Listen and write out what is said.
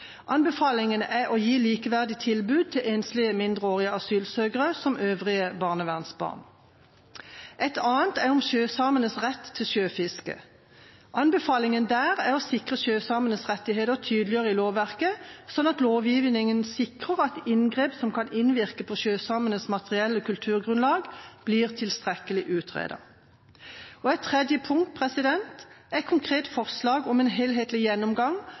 Anbefalingen er å gi likeverdig tilbud til enslige mindreårige asylsøkere og øvrige barnevernsbarn. Den andre er om sjøsamenes rett til sjøfiske. Anbefalingen der er å sikre sjøsamenes rettigheter tydeligere i lovverket, slik at lovgivningen sikrer at inngrep som kan innvirke på sjøsamenes materielle kulturgrunnlag, blir tilstrekkelig utredet. Det tredje punktet er konkret forslag om en helhetlig gjennomgang